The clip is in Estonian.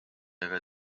aga